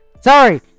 Sorry